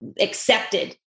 accepted